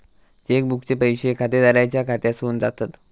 check बुकचे पैशे खातेदाराच्या खात्यासून जातत